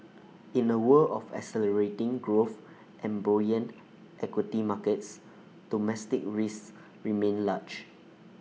in A world of accelerating growth and buoyant equity markets domestic risks remain large